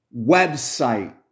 website